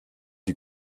die